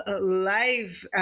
live